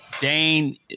Dane